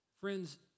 Friends